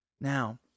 Now